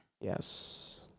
Yes